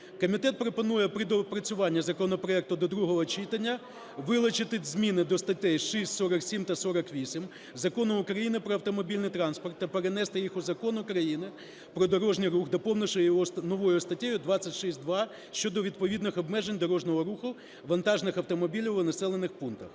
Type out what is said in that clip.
Комітет пропонує при доопрацюванні законопроекту до другого читання вилучити зміни до статей 6, 47 та 48 Закону України "Про автомобільний транспорт" та перенести їх у Закон України "Про дорожній рух", доповнивши його новою статтею 26-2 щодо відповідних обмежень дорожнього руху вантажних автомобілів у населених пунктах.